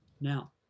Now